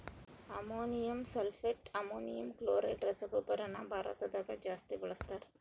ammonium sulphate, ammonium chloride ರಸಗೊಬ್ಬರನ ಭಾರತದಗ ಜಾಸ್ತಿ ಬಳಸ್ತಾರ